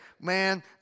man